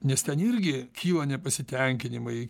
nes ten irgi kyla nepasitenkinimai